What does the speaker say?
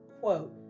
quote